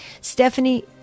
Stephanie